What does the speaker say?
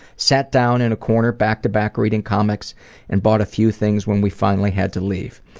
sat down in a corner back to back reading comics and bought a few things when we finally had to leave.